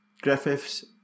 Griffiths